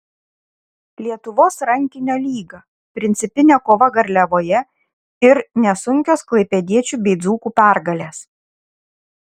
lietuvos rankinio lyga principinė kova garliavoje ir nesunkios klaipėdiečių bei dzūkų pergalės